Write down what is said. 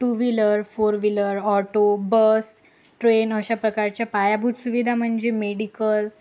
to wheeler four wheeler auto bus train अशा प्रकारच्या पायाभूत सुविधा म्हणजे मेडिकल